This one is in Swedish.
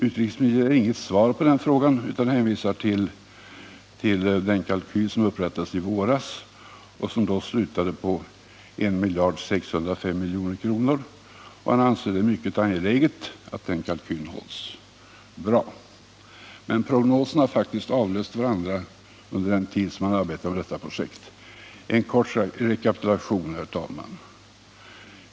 Utrikesministern har inget svar på den frågan utan hänvisar till den kalkyl som upprättades i våras och som då slutade på 1 605 milj.kr., och han anser det mycket angeläget att den kalkylen hålls. Bra. Men prognoserna har faktiskt avlöst varandra under den tid som man arbetat med detta projekt. En kort rekapitulering, herr talman.